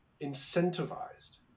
incentivized